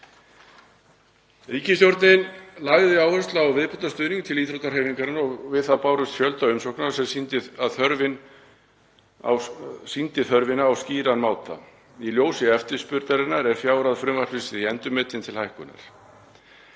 Ríkisstjórnin lagði áherslu á viðbótarstuðning til íþróttahreyfingarinnar og við það barst fjöldi umsókna sem sýndi þörfina á skýran máta. Í ljósi eftirspurnarinnar er fjárhæð frumvarpsins því endurmetin til hækkunar.